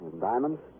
Diamonds